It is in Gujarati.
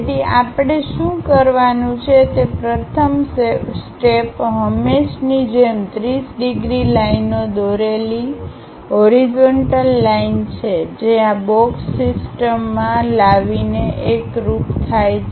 તેથી આપણે શું કરવાનું છે તે પ્રથમ સ્ટેપ હંમેશની જેમ 30 ડિગ્રી લાઈનઓ દોરેલી હોરિઝન્ટલ લાઈન છે જે આ બોક્સ સિસ્ટમમાં લાવીને એકરુપ થાય છે